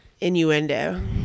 Innuendo